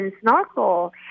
snorkel